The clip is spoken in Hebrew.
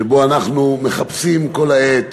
שבו אנחנו מחפשים כל העת